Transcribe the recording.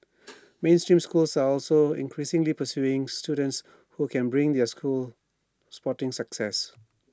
mainstream schools are also increasingly pursuing students who can bring their schools sporting success